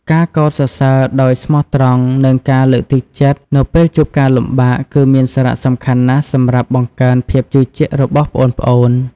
ការកោតសរសើរដោយស្មោះត្រង់ និងការលើកទឹកចិត្តនៅពេលជួបការលំបាក គឺមានសារៈសំខាន់ណាស់សម្រាប់បង្កើនភាពជឿជាក់របស់ប្អូនៗ។